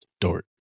Dort